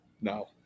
No